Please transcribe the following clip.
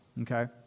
okay